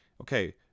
okay